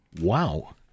Wow